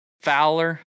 Fowler